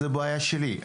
זאת בעיה שלי,